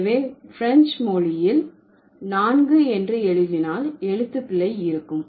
எனவே பிரெஞ்சு மொழியில் நான்கு என்று எழுதினால் எழுத்து பிழை இருக்கும்